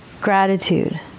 gratitude